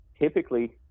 Typically